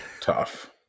tough